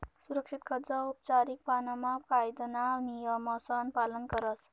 सुरक्षित कर्ज औपचारीक पाणामा कायदाना नियमसन पालन करस